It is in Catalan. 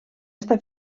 està